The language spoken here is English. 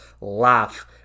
laugh